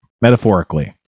metaphorically